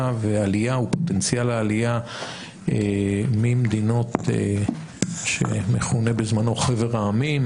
ועלייה ופוטנציאל העלייה ממדינות שכונו בזמנו חבר העמים,